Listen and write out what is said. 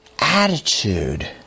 attitude